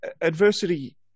adversity